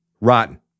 rotten